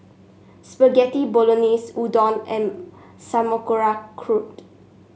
Spaghetti Bolognese Udon and Sauerkraut